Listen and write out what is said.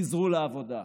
חזרו לעבודה.